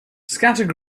scattered